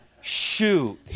Shoot